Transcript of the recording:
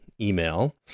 email